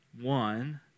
one